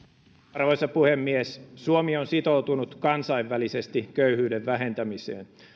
arvoisa puhemies suomi on sitoutunut kansainvälisesti köyhyyden vähentämiseen